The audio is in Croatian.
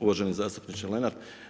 Uvaženi zastupniče Lenart.